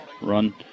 run